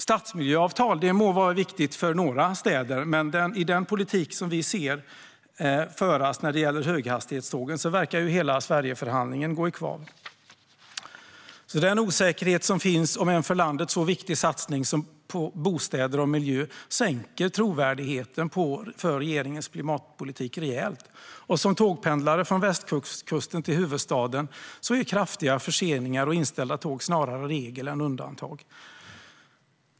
Stadsmiljöavtal må vara viktiga för några städer, men i den politik som vi ser föras när det gäller höghastighetstågen verkar hela Sverigeförhandlingen gå i kvav. Den osäkerhet som finns om en för landet så viktig satsning på bostäder och miljö sänker trovärdigheten för regeringens klimatpolitik rejält. För mig som tågpendlare mellan västkusten och huvudstaden är kraftiga förseningar och inställda tåg snarare regel än undantag.